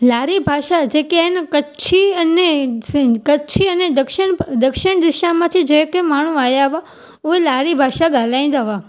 लाड़ी भाषा जेके आहिनि कच्छी अने सिं कच्छी अने दक्षिण दक्षिण दिशा मां थी जेके माण्हू आया हुवा उहे लाड़ी भाषा ॻाल्हाईंदा हुआ